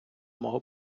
мого